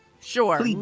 Sure